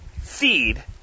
feed